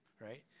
right